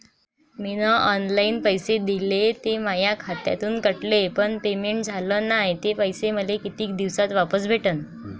मीन online पैसे दिले, ते माया खात्यातून कटले, पण पेमेंट झाल नायं, ते पैसे मले कितीक दिवसात वापस भेटन?